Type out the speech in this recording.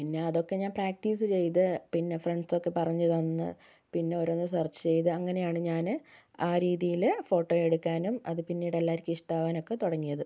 പിന്നെ അതൊക്കെ ഞാൻ പ്രാക്റ്റീസെയ്ത് പിന്നെ ഫ്രണ്ട്സൊക്കെ പറഞ്ഞ് തന്ന് പിന്നെ ഓരോന്ന് സർച്ച് ചെയ്ത് അങ്ങനെയാണ് ഞാൻ ആ രീതിയില് ഫോട്ടോയെടുക്കാനും അത് പിന്നീടെല്ലാവർക്കും ഇഷ്ടാമാവാനും ഒക്കെ തുടങ്ങിയത്